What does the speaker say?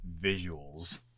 visuals